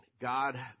God